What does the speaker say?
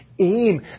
aim